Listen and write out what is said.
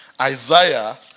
Isaiah